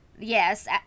yes